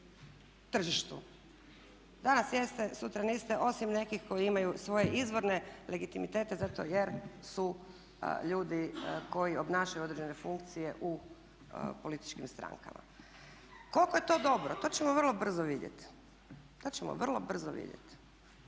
tržištu. Danas jeste, sutra niste, osim nekih koji imaju svoje izvorne legitimitete zato jer su ljudi koji obnašaju određene funkcije u političkim strankama. Koliko je to dobro? To ćemo vrlo brzo vidjeti. To što je netko doktor